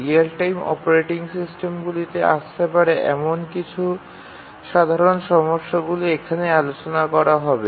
real time operating সিস্টেমগুলিতে আসতে পারে এমন কিছু সাধারণ সমস্যাগুলি এখানে আলোচনা করা হবে